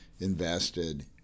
invested